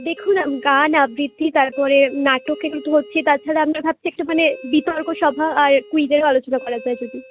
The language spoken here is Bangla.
দেখুন গান আবৃত্তি তারপরে নাটক এগুলো তো হচ্ছেই তাছাড়া আমরা ভাবছি একটুখানি বিতর্কসভা আর ক্যুইজেরও আলোচনা করা যায় যদি